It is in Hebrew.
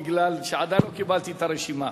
בגלל שעדיין לא קיבלתי את הרשימה.